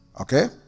Okay